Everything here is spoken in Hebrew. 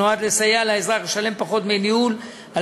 שנועד לסייע לאזרח לשלם פחות דמי ניהול על